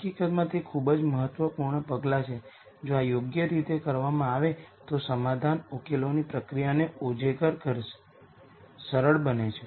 હકીકતમાં તે ખૂબ જ મહત્વપૂર્ણ પગલાં છે જો આ યોગ્ય રીતે કરવામાં આવે તો સમાધાન ઉકેલોની પ્રક્રિયાને ઉજાગર કરે છે સરળ બને છે